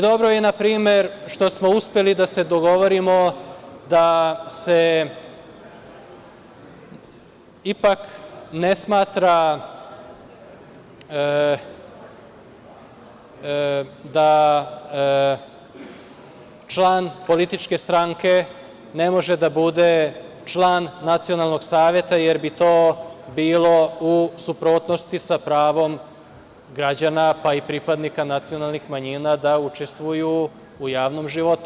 Dobro je npr. što smo uspeli da se dogovorimo da se ipak ne smatra da član političke stranke ne može da bude član nacionalnog saveta jer bi to bilo u suprotnosti sa pravom građana, pa i pripadnika nacionalnih manjina da učestvuju u javnom životu.